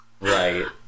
Right